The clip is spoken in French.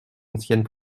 ancienne